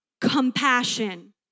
compassion